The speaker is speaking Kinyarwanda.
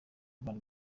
urban